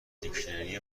دیکشنری